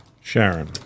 Sharon